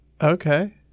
Okay